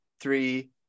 three